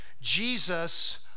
Jesus